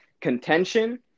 contention